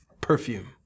perfume